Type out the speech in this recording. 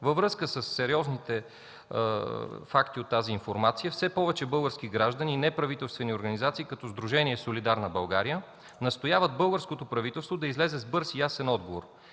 Във връзка със сериозните факти от тази информация все повече български граждани и неправителствени организации като Сдружение „Солидарна България” настояват българското правителство да излезе с бърз и ясен отговор.